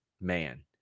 Man